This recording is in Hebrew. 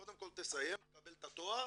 קודם כל תסיים, תקבל את התואר,